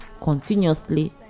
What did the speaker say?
continuously